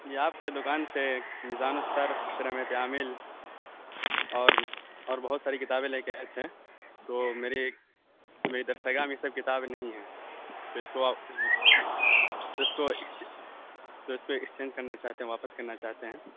جی آپ کے دکان سے میزان الصرف شرح ماۃ عامل اور اور بہت ساری کتابیں لے کے آئے تھے تو میری ایک میری درسگاہ میں یہ سب کتابیں نہیں ہیں تو اس کو تو اس کو تو اس کو ایکسچینج کرنا چاہتے ہیں واپس کرنا چاہتے ہیں